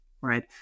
right